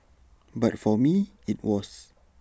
but for me IT was